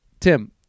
Tim